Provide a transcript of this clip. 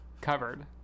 covered